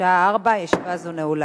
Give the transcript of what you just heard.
אין מתנגדים, אין נמנעים.